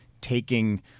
taking